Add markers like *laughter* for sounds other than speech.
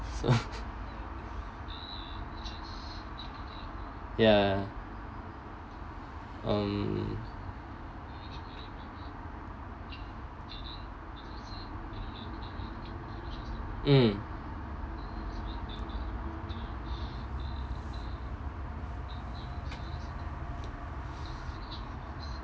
so *laughs* ya um mm